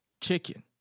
chicken